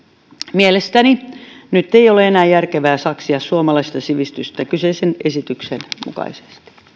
mielestäni nyt ei ole enää järkevää saksia suomalaista sivistystä kyseisen esityksen mukaisesti